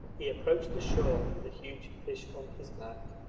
he approached the shore with a huge fish on his back.